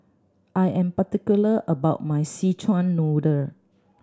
I am particular about my Szechuan Noodle